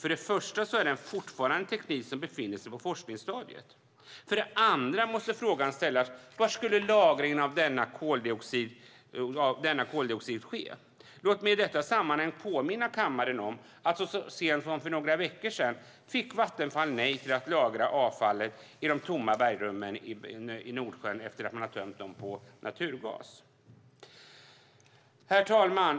För det första är det en teknik som fortfarande befinner sig på forskningsstadiet. För det andra måste frågan ställas var lagringen av denna koldioxid skulle ske. Låt mig i detta sammanhang påminna kammaren om att Vattenfall så sent som för några veckor sedan fick nej till att lagra avfallet i de tomma bergrummen i Nordsjön efter att man tömt dem på naturgas. Herr talman!